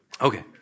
Okay